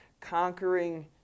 conquering